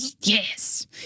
Yes